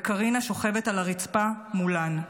וקרינה שוכבת על הרצפה מולן.